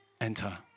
enter